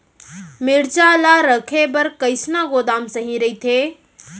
मिरचा ला रखे बर कईसना गोदाम सही रइथे?